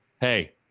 hey